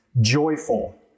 joyful